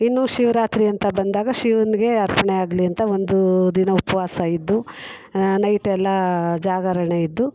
ಇನ್ನೂ ಶಿವರಾತ್ರಿ ಅಂತ ಬಂದಾಗ ಶಿವನಿಗೆ ಅರ್ಚನೆ ಆಗಲಿ ಅಂತ ಒಂದು ದಿನ ಉಪವಾಸ ಇದ್ದು ನೈಟೆಲ್ಲ ಜಾಗರಣೆ ಇದ್ದು